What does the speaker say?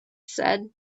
said